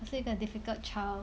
firstly the difficult child